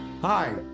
Hi